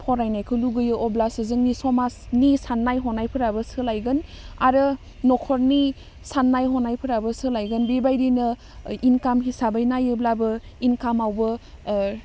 फरायनायखौ लुगैयो अब्लासो जोंनि समाजनि साननाय हनायफोराबो सोलायगोन आरो नखरनि सान्नाय हनायफोराबो सोलायगोन बिबायदिनो इनखाम हिसाबै नायोब्लाबो इनखामावबो